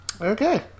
okay